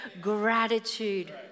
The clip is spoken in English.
Gratitude